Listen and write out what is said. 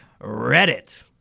Reddit